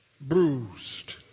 bruised